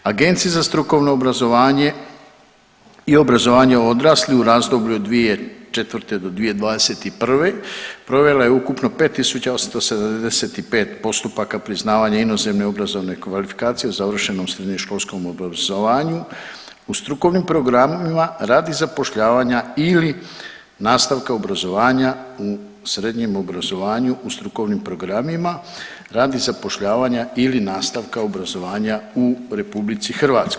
Agencija za strukovno obrazovanje i obrazovanje odraslih u razdoblju 2004.-2021. provela je ukupno 5 175 postupaka priznavanja inozemne obrazovne kvalifikacije završene u srednjoškolskom obrazovanju, u strukovnim programima radi zapošljavanja ili nastavka obrazovanja u srednjem obrazovanju u strukovnim programima radi zapošljavanja ili nastavka obrazovanja u RH.